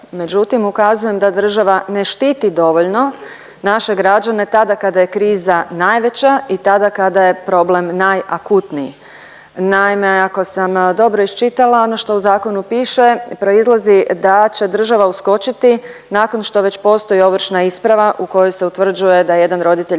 međutim ukazujem da država ne štiti dovoljno naše građane tada je kriza najveća i tada kada je problem najakutniji. Naime, ako sam dobro iščitala ono što u zakonu piše proizlazi da će država uskočiti nakon što već postoji ovršna isprava u kojoj se utvrđuje da je jedan roditelj